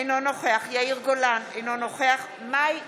אינו נוכח יאיר גולן, אינו נוכח מאי גולן,